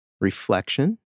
reflection